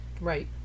Right